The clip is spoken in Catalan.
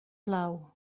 plau